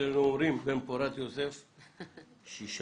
ששה